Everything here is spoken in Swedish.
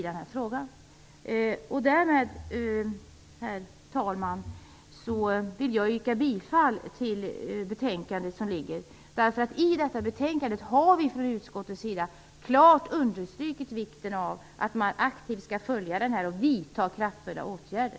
Därmed, herr talman, vill jag yrka bifall till utskottets hemställan. Vi har från utskottets sida i detta betänkande klart understrukit vikten av att aktivt följa denna fråga och att vidta kraftfulla åtgärder.